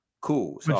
Cool